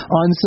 on